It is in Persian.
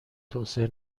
توسعه